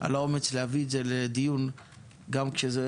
על האומץ להביא את זה לדיון גם כשזה